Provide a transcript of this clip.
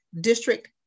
District